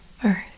First